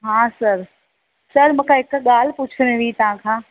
हा sir sir मूंखे हिकु ॻाल्हि पुछिणी हुई तव्हां खां